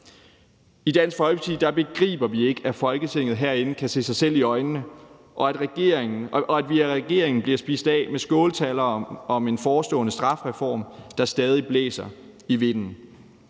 I Dansk Folkeparti begriber vi ikke, at Folketinget herinde kan se sig selv i øjnene, og at vi af regeringen bliver spist af med skåltaler om en forestående strafreform, der stadig blæser i vinden.